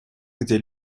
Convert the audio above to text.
где